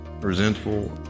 resentful